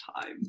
time